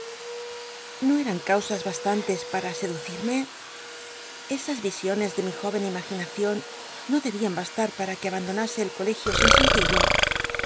no eran caus is bast ntcs para scisiones de mi jóyen imaginacion dncitme esas y no debían bastar para que abandonase el colegio sin sentirlo